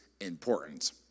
important